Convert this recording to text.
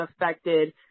affected